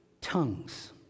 tongues